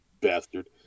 bastard